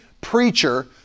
preacher